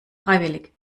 freiwillig